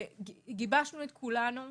גיבשנו את כולנו,